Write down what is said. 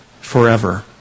forever